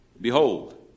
Behold